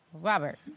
Robert